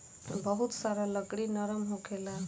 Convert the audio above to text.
बहुत सारा लकड़ी नरम होखेला